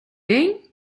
день